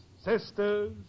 sisters